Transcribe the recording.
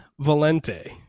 Valente